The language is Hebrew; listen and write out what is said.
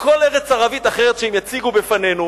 כל ארץ ערבית אחרת שהם יציגו בפנינו,